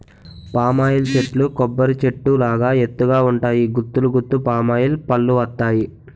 palm oil చెట్లు కొబ్బరి చెట్టు లాగా ఎత్తు గ ఉంటాయి గుత్తులు గుత్తులు పామాయిల్ పల్లువత్తాయి